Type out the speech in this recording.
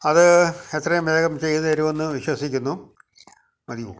അത് എത്രയും വേഗം ചെയ്ത് തരുമെന്ന് വിശ്വസിക്കുന്നു മതിയോ